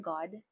God